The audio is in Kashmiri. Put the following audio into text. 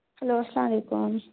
ہیٚلو اسلام علیکُم